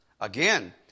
Again